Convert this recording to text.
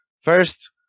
First